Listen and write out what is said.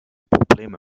probleme